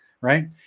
right